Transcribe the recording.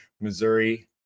Missouri